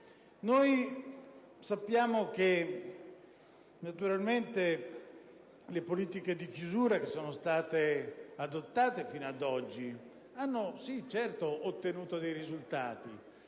Sappiamo che le politiche di chiusura che sono state adottate fino ad oggi hanno, certo, ottenuto dei risultati.